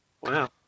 Wow